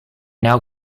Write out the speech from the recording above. now